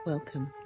Welcome